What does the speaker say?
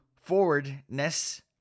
forwardness